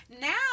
now